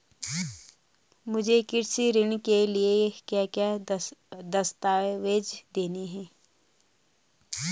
मुझे कृषि ऋण के लिए क्या क्या दस्तावेज़ देने हैं?